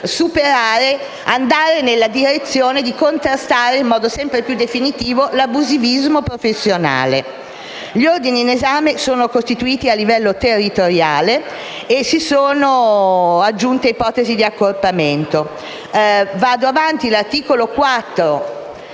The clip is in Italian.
colleghi - andare nella direzione di contrastare in modo sempre più definitivo l'abusivismo professionale. Gli ordini in esame sono costituiti a livello territoriale e si sono aggiunte ipotesi di accorpamento. L'articolo 4,